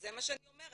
זה מה שאני אומרת.